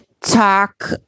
talk